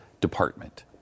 department